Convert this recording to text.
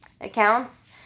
accounts